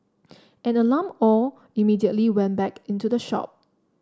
an alarmed Aw immediately went back into the shop